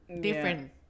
different